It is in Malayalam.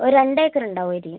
ഒര് രണ്ടേക്കർ ഉണ്ടാവുമായിക്കും